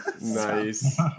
nice